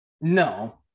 No